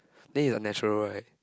then you're natural right